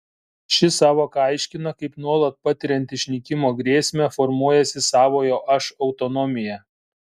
ši sąvoka aiškina kaip nuolat patiriant išnykimo grėsmę formuojasi savojo aš autonomija